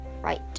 right